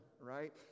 right